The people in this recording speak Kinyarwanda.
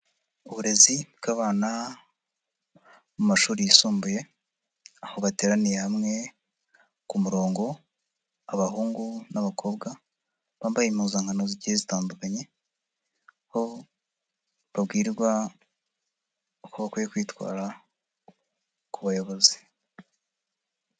Uburezi bw'abana mu mashuri yisumbuye aho bateraniye hamwe ku murongo, abahungu n'abakobwa bambaye impuzankano zigiye zitandukanye aho babwirwa uko bakwiye kwitwara ku bayobozi.